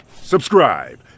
subscribe